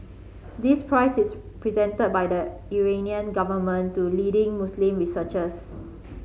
this prize is presented by the Iranian government to leading Muslim researchers